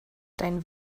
dein